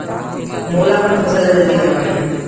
मोला अपन फसल ला जल्दी कटवाना हे?